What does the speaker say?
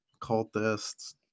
cultists